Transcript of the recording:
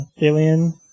Alien